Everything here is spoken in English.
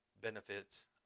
benefits